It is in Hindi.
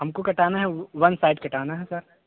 हमको कटाना है वन साइड कटाना है सर